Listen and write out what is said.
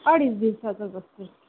अडीच दिवसाचाच असते